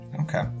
okay